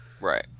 right